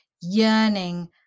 yearning